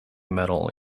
medal